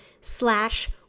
slash